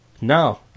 No